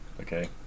okay